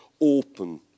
open